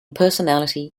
personality